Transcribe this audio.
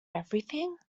everything